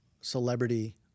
celebrity